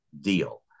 deal